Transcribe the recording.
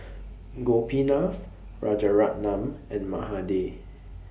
Gopinath Rajaratnam and Mahade